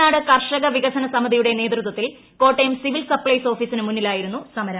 കുട്ടനാട് കർഷക വികസനസമിതിയുടെ നേതൃത്വത്തിൽ കോട്ടയം സിവിൽ സപ്ലൈസ് ഓഫീസിനു മുന്നിലായിരുന്നു സമരം